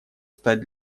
стать